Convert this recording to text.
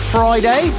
Friday